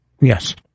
Yes